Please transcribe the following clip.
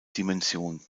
dimension